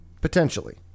potentially